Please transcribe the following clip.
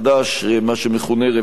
מה שמכונה רוויזיה,